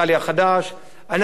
אנחנו יודעים היום מראש,